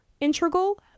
integral